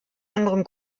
anderem